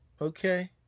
okay